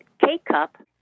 K-cup